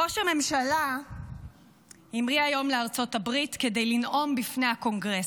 ראש הממשלה המריא היום לארצות הברית כדי לנאום בפני הקונגרס.